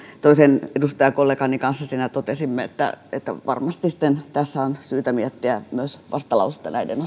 toisen edustajakollegani kanssa siinä totesimme että että varmasti sitten tässä on syytä miettiä myös vastalausetta näiden